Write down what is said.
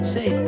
Say